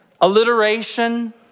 alliteration